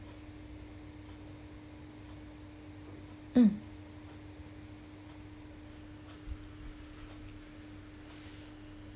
um